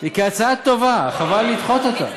היא הצעה טובה, חבל לדחות אותה.